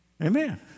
Amen